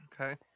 Okay